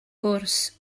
gwrs